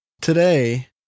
Today